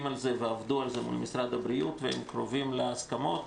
על זה מול משרד הבריאות והם קרובים להסכמות.